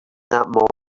that